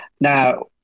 Now